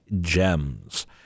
Gems